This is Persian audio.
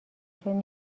شدیم